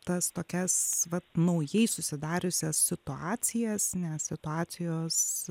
tas tokias vat naujai susidariusias situacijas nes situacijos